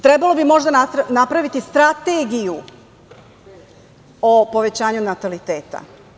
Trebalo bi možda napraviti strategiju o povećanju nataliteta.